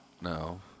No